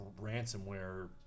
ransomware